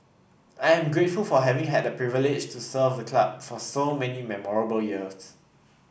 I am grateful for having had the privilege to serve the club for so many memorable years